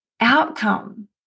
outcome